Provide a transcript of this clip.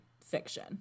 fiction